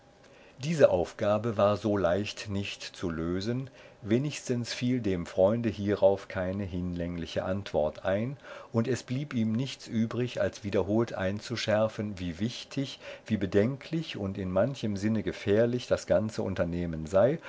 diese aufgabe war so leicht nicht zu lösen wenigstens fiel dem freunde hierauf keine hinlängliche antwort ein und es blieb ihm nichts übrig als wiederholt einzuschärfen wie wichtig wie bedenklich und in manchem sinne gefährlich das ganze unternehmen sei